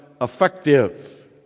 effective